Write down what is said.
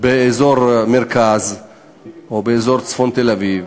באזור המרכז או באזור צפון תל-אביב,